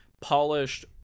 polished